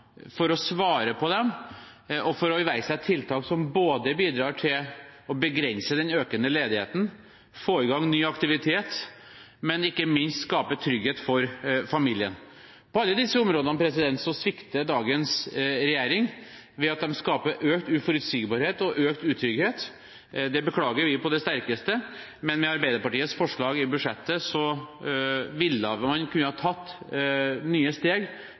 for å svare på dem og for å iverksette tiltak som bidrar til å begrense den økende ledigheten, få i gang ny aktivitet og ikke minst skape trygghet for familien. På alle disse områdene svikter dagens regjering ved at de skaper økt uforutsigbarhet og økt utrygghet. Det beklager vi på det sterkeste. Med Arbeiderpartiets forslag i budsjettet ville man kunne tatt nye steg